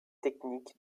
techniques